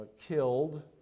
killed